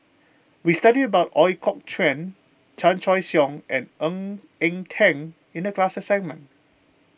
we studied about Ooi Kok Chuen Chan Choy Siong and Ng Eng Teng in the class assignment